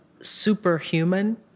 superhuman